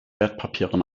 wertpapieren